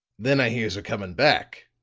then i hears her coming back.